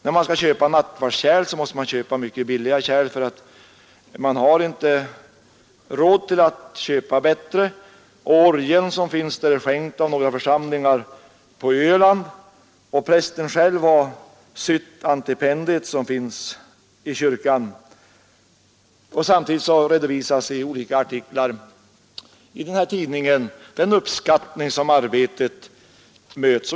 När man skall köpa nattvardskärl måste man köpa mycket billiga sådana, därför att man inte har råd att köpa bättre. Orgeln som finns är skänkt av några församlingar på Öland, och prästen själv har sytt antipendiet som finns i kyrkan. Samtidigt redovisas i olika artiklar i tidningen den uppskattning som arbetet får.